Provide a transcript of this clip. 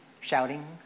shouting